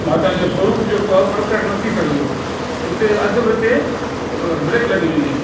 माता जो स्वरूप जेको आहे प्रकट न थी सघंदो उते अधि वीचे ब्रेक लॻी वेंदी